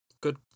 Good